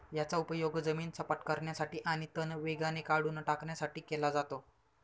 याचा उपयोग जमीन सपाट करण्यासाठी आणि तण वेगाने काढून टाकण्यासाठी केला जातो